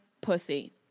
pussy